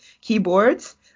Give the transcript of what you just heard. Keyboards